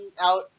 out